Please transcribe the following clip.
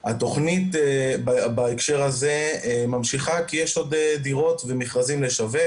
התכנית בהקשר הזה ממשיכה כי יש עוד דירות ומכרזים לשווק,